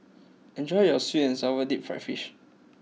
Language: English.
enjoy your Sweet and Sour Deep Fried Fish